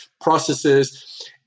processes